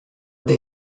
they